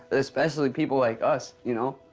especially people like us, you know?